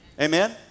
Amen